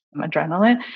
adrenaline